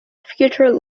feature